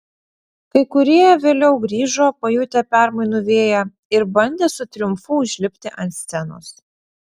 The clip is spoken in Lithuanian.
kai kurie vėliau grįžo pajutę permainų vėją ir bandė su triumfu užlipti ant scenos